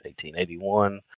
1881